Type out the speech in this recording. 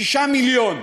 6 מיליון.